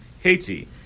Haiti